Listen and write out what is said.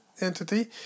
entity